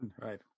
right